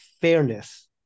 fairness